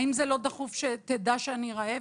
האם זה לא דחוף שתדע שאני רעב?